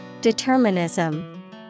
Determinism